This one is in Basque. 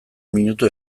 minutu